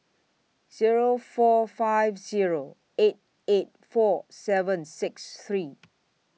Zero four five Zero eight eight four seven six three